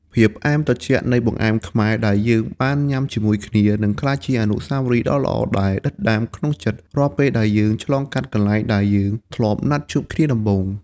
ភាពផ្អែមត្រជាក់នៃបង្អែមខ្មែរដែលយើងបានញ៉ាំជាមួយគ្នា នឹងក្លាយជាអនុស្សាវរីយ៍ដ៏ល្អដែលដិតដាមក្នុងចិត្តរាល់ពេលដែលយើងឆ្លងកាត់កន្លែងដែលយើងធ្លាប់ណាត់ជួបគ្នាដំបូង។